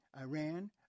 Iran